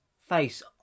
face